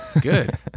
Good